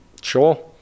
Sure